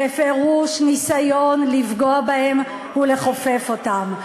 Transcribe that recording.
בפירוש ניסיון לפגוע בהם ולכופף אותם.